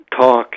talk